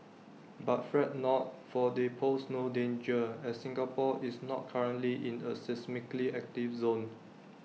but fret not for they pose no danger as Singapore is not currently in A seismically active zone